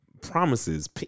promises